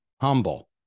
Humble